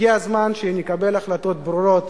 הגיע הזמן שנקבל החלטות ברורות